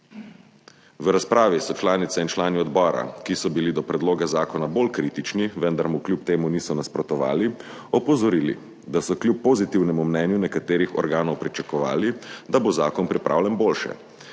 V razpravi so članice in člani odbora, ki so bili do predloga zakona bolj kritični, vendar mu kljub temu niso nasprotovali, opozorili, da so kljub pozitivnemu mnenju nekaterih organov pričakovali, da bo zakon pripravljen boljše.